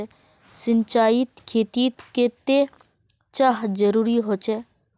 सिंचाईर खेतिर केते चाँह जरुरी होचे?